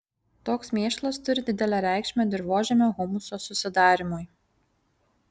toks mėšlas turi didelę reikšmę dirvožemio humuso susidarymui